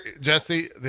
Jesse